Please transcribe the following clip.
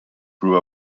grew